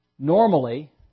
Normally